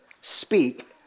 speak